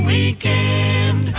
Weekend